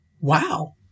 wow